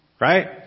right